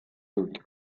dut